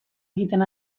egiten